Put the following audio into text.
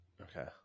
Okay